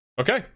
Okay